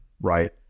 right